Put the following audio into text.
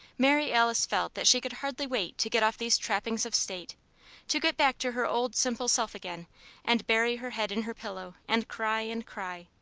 mary alice felt that she could hardly wait to get off these trappings of state to get back to her old simple self again and bury her head in her pillow and cry and cry.